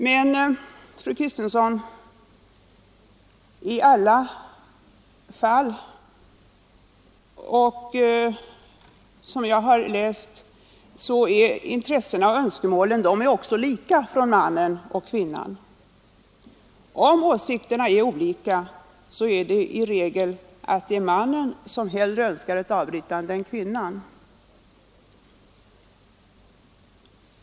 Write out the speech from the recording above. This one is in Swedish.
Men, fru Kristensson, i de flesta fall som jag har läst är intressena och önskemålen lika hos mannen och kvinnan. Förekommer olika åsikter är det i regel mannen som mer än kvinnan önskar ett avbrytande av havandeskapet.